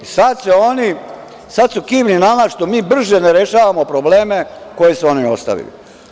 I, sad se oni, sad su kivni na nas što mi brže ne rešavamo probleme koje su oni ostavili.